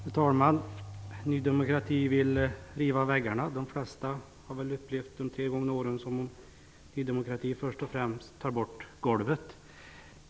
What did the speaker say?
Fru talman! Ny demokrati vill riva väggarna. De flesta har väl upplevt de tre gångna åren som om Ny demokrati först och främst tar bort golvet.